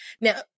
Now